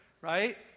right